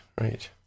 right